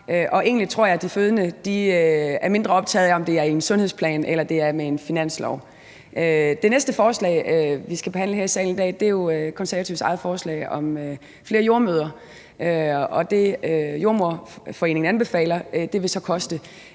egentlig, at de fødende er mindre optagede af, om det er i forbindelse med en sundhedsplan eller en finanslov. Det næste forslag, vi skal behandle her i salen i dag, er jo Konservatives eget forslag om flere jordemødre, og det, Jordemoderforeningen anbefaler, vil koste